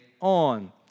on